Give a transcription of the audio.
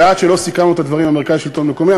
וכל עוד לא סיכמנו את הדברים עם מרכז השלטון המקומי,